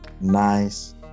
nice